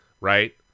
right